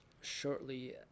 shortly